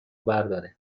برداره